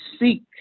seek